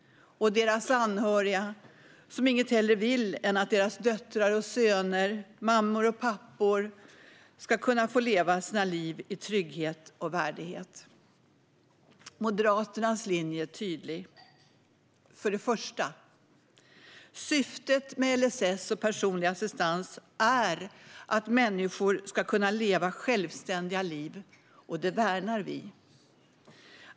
Deras anhöriga vill inget hellre än att deras döttrar och söner, mammor och pappor, ska kunna få leva sina liv i trygghet och värdighet. Moderaternas linje är tydlig. För det första: Syftet med LSS och personlig assistans är att människor ska kunna leva självständiga liv - och det värnar vi.